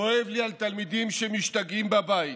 כואב לי על תלמידים שמשתגעים בבית.